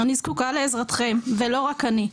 אני זקוקה לעזרתכם ולא רק אני.